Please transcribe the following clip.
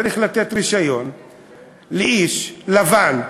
צריך לתת רישיון לאיש לבן,